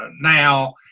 now